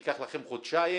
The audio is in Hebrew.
ייקח לכם חודשיים.